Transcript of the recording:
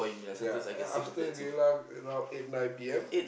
ya ya after Geylang around eight nine P_M